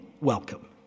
welcome